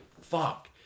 fuck